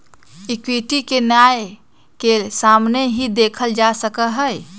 equity के न्याय के सामने ही देखल जा सका हई